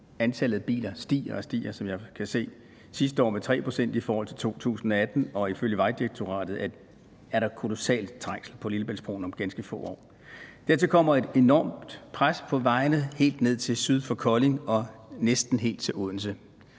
antallet af biler stiger og stiger, som jeg kan se det – sidste år med 3 pct. i forhold til 2018 – og ifølge Vejdirektoratet er der kolossal trængsel på Lillebæltsbroen om ganske få år. Dertil kommer et enormt pres på vejene helt ned til syd for Kolding og næsten helt til Odense.